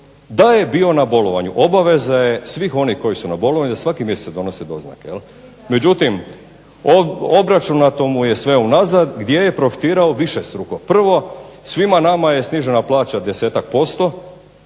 da je bio na bolovanju. Obaveza je svih onih koji su na bolovanju da svaki mjesec donose doznake jel'. Međutim, obračunato mu je sve unazad gdje je profitirao višestruko. Prvo, svima nama je snižena plaća 10%, on